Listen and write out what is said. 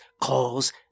calls